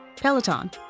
peloton